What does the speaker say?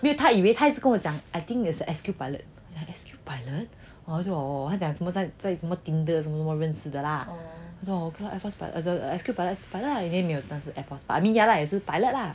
没有他以为他一直跟我讲 I think 也是 S_Q pilot S_Q pilot 我就 oh oh oh 他讲什么在什么 Tinder 什么认识的啦 S_Q pilot 是 pilot ah then I mean yeah 也是 pilot lah